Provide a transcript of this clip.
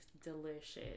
delicious